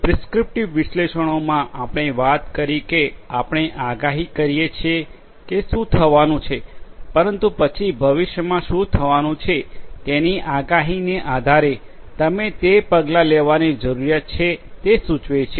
prescriptive વિશ્લેષણોમાં આપણે વાત કરી કે આપણે આગાહી કરીએ છીએ કે શું થવાનું છે પરંતુ પછી ભવિષ્યમાં શું થવાનું છે તેની આગાહીને આધારે તમે તે પગલાં લેવાની જરૂરિયાત છે તે સૂચવે છે